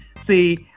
See